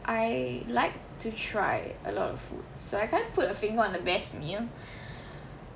I like to try a lot of food so I can't put a finger on the best meal